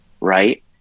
right